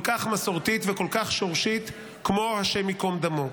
כל כך מסורתית וכל כך שורשית, כמו השם ייקום דמו.